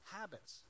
Habits